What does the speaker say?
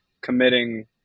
committing